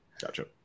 gotcha